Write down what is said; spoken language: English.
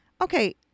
Okay